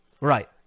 Right